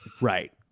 right